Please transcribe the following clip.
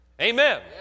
Amen